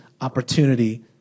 opportunity